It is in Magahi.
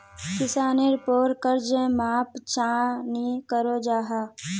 किसानेर पोर कर्ज माप चाँ नी करो जाहा?